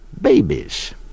babies